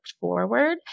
forward